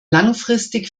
langfristig